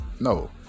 No